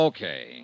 Okay